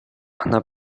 она